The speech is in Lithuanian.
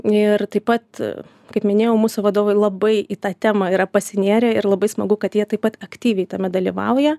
ir taip pat kaip minėjau mūsų vadovai labai į tą temą yra pasinėrę ir labai smagu kad jie taip pat aktyviai tame dalyvauja